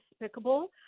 despicable